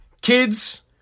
Kids